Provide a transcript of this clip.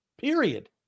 Period